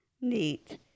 Neat